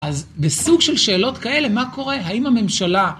אז בסוג של שאלות כאלה, מה קורה, האם הממשלה...